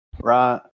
right